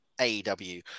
AEW